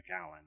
McAllen